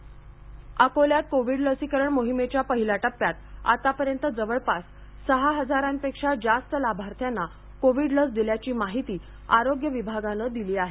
लसीकरण अकोल्यात कोविड लसीकरण मोहिमेच्या पहिल्या टप्प्यात आतापर्यंत जवळपास सहा हजारांपेक्षा जास्त लाभार्थ्यांना कोविड लस दिल्याची माहिती आरोग्य विभागाने दिली आहे